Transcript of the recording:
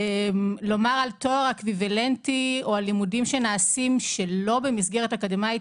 לומר על תואר אקוויוולנטי או על לימודים שנעשים שלא במסגרת אקדמאית,